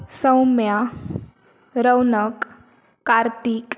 Soumya Raunak Kartik